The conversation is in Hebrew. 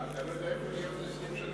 אתה לא יודע איפה יש עוד